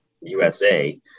USA